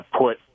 put